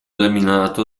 eliminato